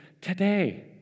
today